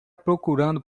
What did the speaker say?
procurando